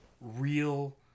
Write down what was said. real